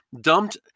dumped